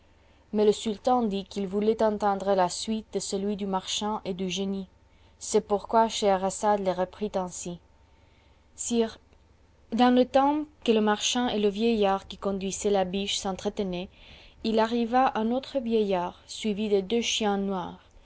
mais le sultan dit qu'il voulait entendre la suite de celui du marchand et du génie c'est pourquoi scheherazade le reprit ainsi sire dans le temps que le marchand et le vieillard qui conduisait la biche s'entretenaient il arriva un autre vieillard suivi de deux chiens noirs